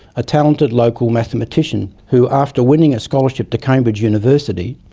a talented local mathematician who, after winning a scholarship to cambridge university,